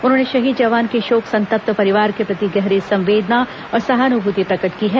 उन्होंने शहीद जवान के शोक संतप्त परिवार के प्रति गहरी संवेदना और सहानुभूति प्रकट की है